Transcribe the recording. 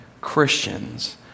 Christians